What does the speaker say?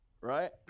right